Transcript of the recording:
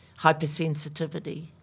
hypersensitivity